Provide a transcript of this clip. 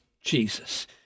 Jesus